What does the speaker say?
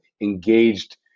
engaged